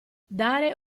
dare